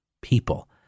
people